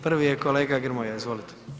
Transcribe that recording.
Prvi je kolega Grmoja, izvolite.